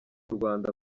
rwanda